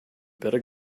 better